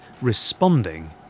responding